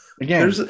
Again